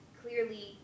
clearly